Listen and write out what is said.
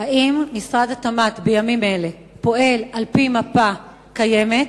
אם משרד התמ"ת בימים אלה פועל על-פי מפה קיימת,